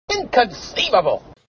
Inconceivable